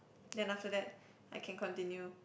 then after that I can continue